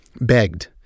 begged